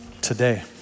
today